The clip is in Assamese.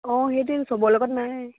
অঁ সিহঁতি চবৰ লগত নাই